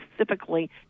specifically